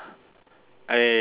I